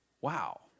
wow